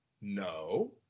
No